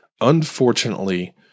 unfortunately